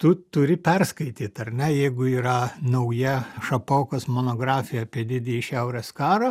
tu turi perskaityt ar ne jeigu yra nauja šapokos monografija apie didįjį šiaurės karą